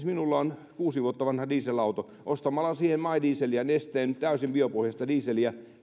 minulla on kuusi vuotta vanha dieselauto ja ostamalla siihen my dieseliä nesteen täysin biopohjaista dieseliä